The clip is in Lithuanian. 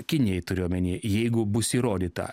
kinijai turiu omeny jeigu bus įrodyta